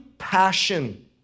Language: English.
passion